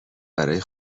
برای